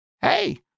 hey